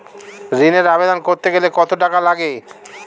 ঋণের আবেদন করতে গেলে কত টাকা লাগে?